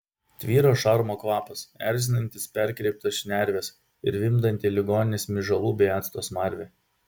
tvyro šarmo kvapas erzinantis perkreiptas šnerves ir vimdanti ligoninės myžalų bei acto smarvė